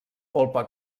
polpa